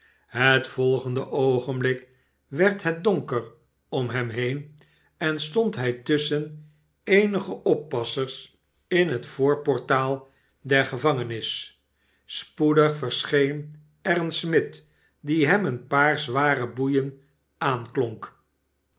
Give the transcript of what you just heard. het volgende oogenblik werd het donker om hem heen en stond hij tusschen eenige oppassers in het voorportaal der gevangenis spoedig verscheen er een smid die hem een paar zware boeien aanklonk